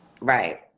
Right